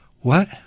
What